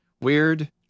weird